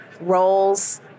Roles